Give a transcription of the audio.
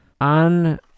on